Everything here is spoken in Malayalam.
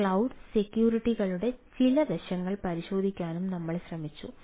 ക്ലൌഡ് സെക്യൂരിറ്റികളുടെ ചില വശങ്ങൾ പരിശോധിക്കാനും നമ്മൾ ശ്രമിച്ചു